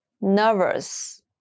Nervous